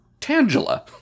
Tangela